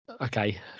Okay